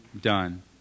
done